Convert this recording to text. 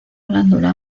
glándula